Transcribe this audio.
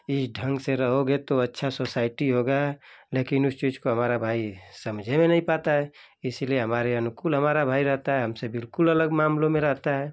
इस ढंग से रहोगे तो अच्छा सोसाइटी होगा लेकिन उस चीज को हमरा भाई समझे में नहीं पाता है इसलिए हमारे अनुकूल हमारा भाई रहता है हमसे बिल्कुल अलग मामलों में रहता है